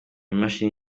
imashini